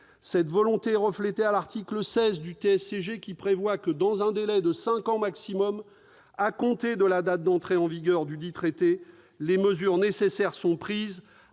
Cette volonté est reflétée à l'article 16 du TSCG, qui prévoit que, « dans un délai de cinq ans maximum à compter de la date d'entrée en vigueur dudit traité, les mesures nécessaires sont prises